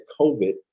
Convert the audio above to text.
COVID